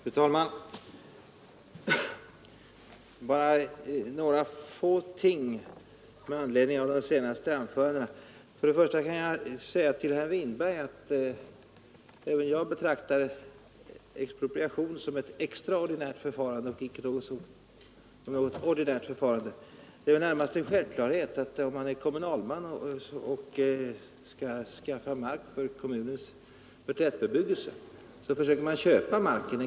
Fru talman! Bara några få ting med anledning av de senaste anförandena. Först och främst kan jag säga till herr Winberg att även jag betraktar expropriation som ett extraordinärt förfarande och icke som ett ordinärt förfarande. Det är närmast en självklarhet att om man är kommunalman och skall skaffa mark för kommunens tätbebyggelse, så försöker man köpa marken.